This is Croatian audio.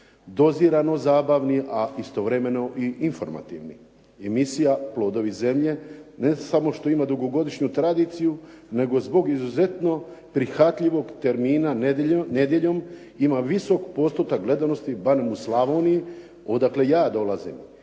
dozirano zabavni, a istovremeno i informativni. Emisija "Plodovi zemlje", ne samo što ima dugogodišnju tradiciju, nego zbog izuzetno prihvatljivog termina nedjeljom, ima visok postotak gledanosti barem u Slavoniji odakle ja dolazim.